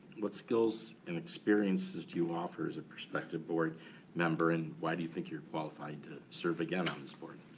what skills and experiences do you offer as a prospective board member, and why do you think you're qualified to serve again on this board?